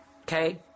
okay